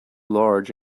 large